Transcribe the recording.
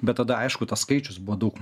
bet tada aišku tas skaičius buvo daug